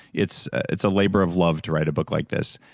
it's it's a labor of love to write a book like this.